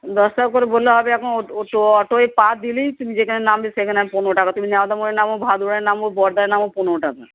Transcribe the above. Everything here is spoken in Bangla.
দশ টাকা করে বললে হবে এখন অটোয় পা দিলেই তুমি যেখানে নামবে সেখানে পনেরো টাকা তুমি নবোদার মোড়ে নামো ভাদড়ায় নামো বড়দায় নামো পনেরো টাকা